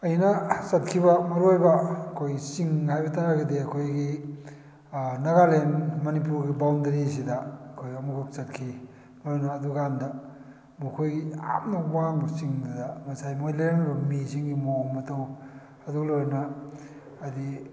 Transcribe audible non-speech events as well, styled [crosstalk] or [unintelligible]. ꯑꯩꯅ ꯆꯠꯈꯤꯕ ꯃꯔꯨ ꯑꯣꯏꯕ ꯑꯩꯈꯣꯏꯒꯤ ꯆꯤꯡ ꯍꯥꯏꯕ ꯇꯥꯔꯒꯗꯤ ꯑꯩꯈꯣꯏꯒꯤ ꯅꯥꯒꯥꯂꯦꯟ ꯃꯅꯤꯄꯨꯔꯒꯤ ꯕꯥꯎꯟꯗꯔꯤꯁꯤꯗ ꯑꯩꯈꯣꯏ ꯑꯃꯨꯛꯈꯛ ꯆꯠꯈꯤ [unintelligible] ꯑꯗꯨ ꯀꯥꯟꯗ ꯃꯈꯣꯏꯒꯤ ꯌꯥꯝꯅ ꯋꯥꯡꯕ ꯆꯤꯡꯗꯨꯗ ꯉꯁꯥꯏ ꯃꯣꯏ ꯂꯩꯔꯝꯃꯤꯕ ꯃꯤꯁꯤꯡꯒꯤ ꯃꯑꯣꯡ ꯃꯇꯧ ꯑꯗꯨꯒ ꯂꯣꯏꯅꯅ ꯍꯥꯏꯗꯤ